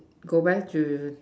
go back to